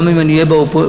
גם אם אני אהיה באופוזיציה,